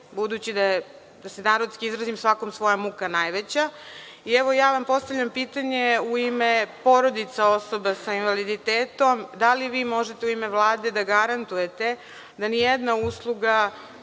da je, da se narodski izrazim, svakom svoja muka najveća. Postavljam vam pitanje u ime porodica osoba sa invaliditetom, da li vi možete u ime Vlade da garantujete da ni jedna usluga